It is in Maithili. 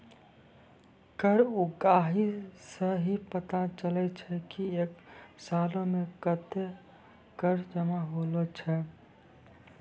कर उगाही सं ही पता चलै छै की एक सालो मे कत्ते कर जमा होलो छै